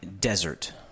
desert